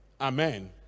Amen